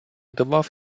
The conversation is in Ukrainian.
давав